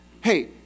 hey